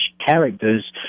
characters